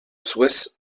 swiss